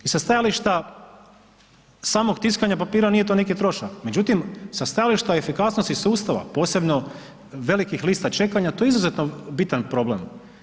I sa stajališta samog tiskanja papira nije to neki trošak, međutim sa stajališta efikasnosti sustava, posebno velikih lista čekanja to je izuzetno bitan problem.